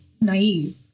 naive